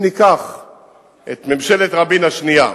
אם ניקח את ממשלת רבין השנייה,